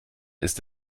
ist